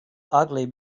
ugly